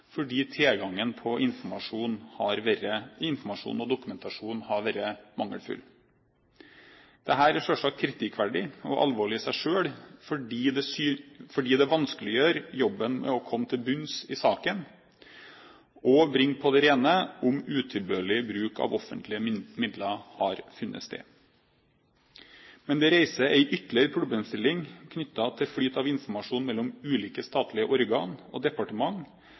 fordi tilgangen på informasjon og dokumentasjon har vært mangelfull. Det er selvsagt kritikkverdig og alvorlig i seg selv, fordi det vanskeliggjør jobben med å komme til bunns i saken og bringe på det rene om utilbørlig bruk av offentlige midler har funnet sted. Det reiser ytterligere en problemstilling knyttet til flyt av informasjon mellom ulike statlige organ og departement,